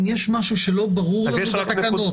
אם יש משהו לא ברור בתקנות.